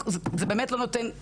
זה אפילו לא לצבוע את הקירות.